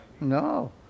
no